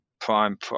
prime